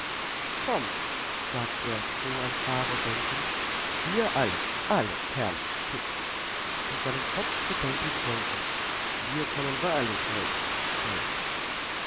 komm sagt er froh an faro denkend dir alles alles herrlich steht und seinen kopf bedenklich senkend wir kommen wahrlich heut zu spät